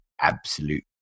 absolute